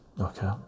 okay